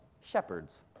shepherds